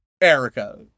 Erica